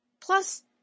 Plus